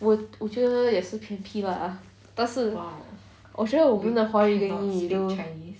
我我觉得也是偏僻 lah 但是我觉得我们的华语林语都